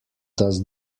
does